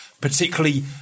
particularly